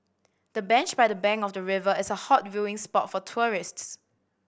the bench by the bank of the river is a hot viewing spot for tourists